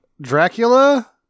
Dracula